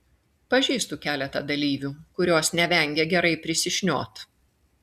pažįstu keletą dalyvių kurios nevengia gerai prisišniot